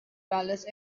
palace